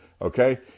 Okay